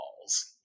balls